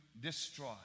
destroy